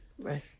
Right